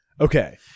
Okay